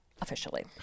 officially